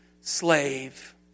slave